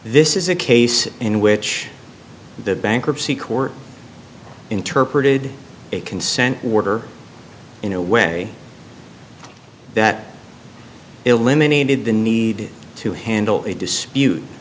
this is a case in which the bankruptcy court interpreted a consent order in a way that eliminated the need to handle a dispute